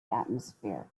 atmosphere